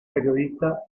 periodista